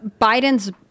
biden's